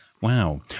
Wow